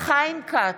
חיים כץ,